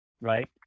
right